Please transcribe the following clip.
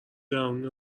درون